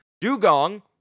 Dugong